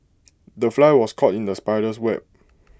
the fly was caught in the spider's web